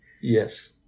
Yes